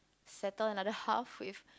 settle another half with